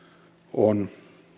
on